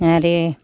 आरो